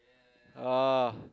oh